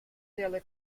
della